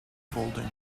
folding